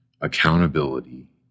accountability